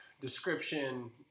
Description